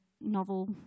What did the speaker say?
novel